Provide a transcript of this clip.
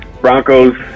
Broncos